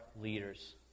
leaders